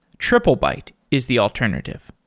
triplebyte is the alternative.